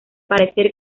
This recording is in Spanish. parecer